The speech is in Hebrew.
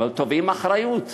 אבל תובעים אחריות,